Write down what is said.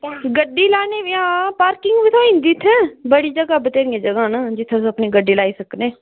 गड्डी लाने ई हां पार्किंग बी थ्होई जंदी इत्थै बड़ी जगह् बथ्हेरी जगह् न जित्थै तुस गड्डी लाई सकने